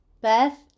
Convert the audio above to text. Beth